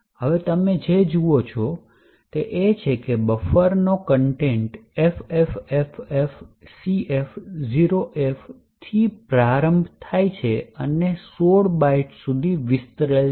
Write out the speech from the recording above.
હવે તમે જે જુઓ છો તે છે બફરની સામગ્રી FFFFCF08 થી પ્રારંભ થાય છે અને 16 બાઇટ્સ સુધી વિસ્તરે છે